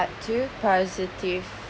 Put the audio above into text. two positive